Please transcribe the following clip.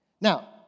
Now